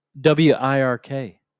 W-I-R-K